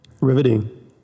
riveting